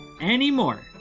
anymore